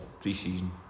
pre-season